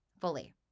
fully